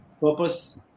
purpose